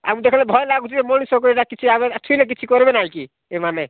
ଆମକୁ ଦେଖିଲେ ଭୟ ଲାଗୁଛି ମଣିଷକୁ ଏଇଟା କିଛି ଆମେ ଛୁଇଁଲେ କିଛି କରିବେ ନାହିଁ କି ଏମାନେ